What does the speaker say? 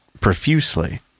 profusely